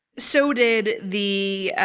so did the